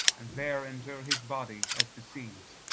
and there inter his body, as beseems.